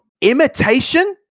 imitation